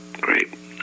Great